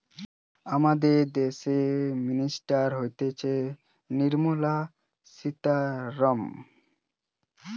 আমাদের দ্যাশের অর্থ মিনিস্টার হতিছে নির্মলা সীতারামন